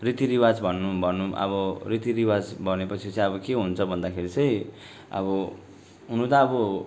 रीति रिवाज भन्नु भनौँ अब रीति रिवाज भने पछि चाहिँ अब के हुन्छ भन्दाखेरि चाहिँ अब हुनु त अब